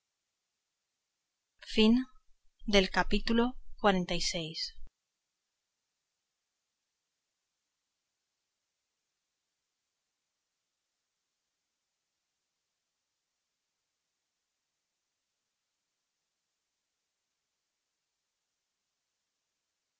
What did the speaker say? fin del capítulo veinte y